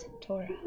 Torah